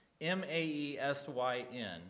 M-A-E-S-Y-N